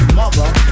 mother